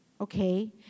okay